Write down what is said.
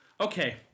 okay